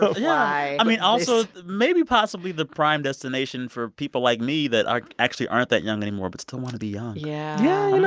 but why? i mean, also maybe possibly the prime destination for people like me that actually aren't that young anymore, but still want to be young yeah,